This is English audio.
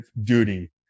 duty